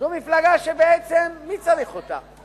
זו מפלגה שבעצם מי צריך אותה?